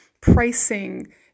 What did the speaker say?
pricing